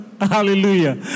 Hallelujah